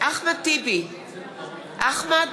חיים ילין, בעד